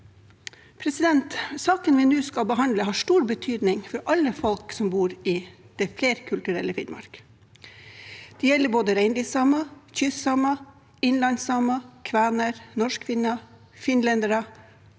litt mot. Saken vi nå skal behandle, har stor betydning for alle folk som bor i det flerkulturelle Finnmark. Det gjelder både reindriftssamer, kystsamer, innlandssamer, kvener, norskfinner, finlendere,